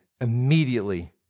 immediately